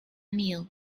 meal